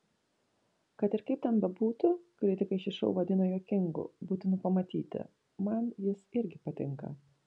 kad ir kaip ten bebūtų kritikai šį šou vadina juokingu būtinu pamatyti man jis irgi patinka